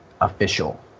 official